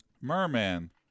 Merman